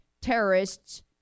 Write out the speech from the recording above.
terrorists